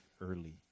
early